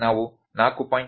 ನಾವು 4